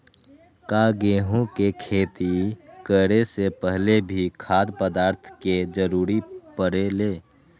का गेहूं के खेती करे से पहले भी खाद्य पदार्थ के जरूरी परे ले?